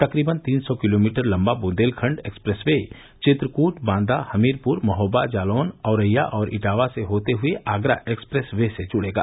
तकरीबन तीन सौ किलोमीटर लंबा बुंदेलखंड एक्सप्रेस वे चित्रकूट बांदा हमीरपुर महोबा जालौन औरेया और इटावा से होते हुये आगरा एक्सप्रेस वे से जुड़ेगा